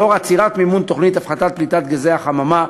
לנוכח עצירת המימון של התוכנית להפחתת פליטת גזי החממה,